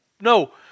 No